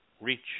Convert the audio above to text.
Reach